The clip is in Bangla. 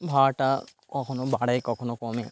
ভাড়াটা কখনও বাড়ে কখনও কমে